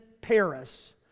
Paris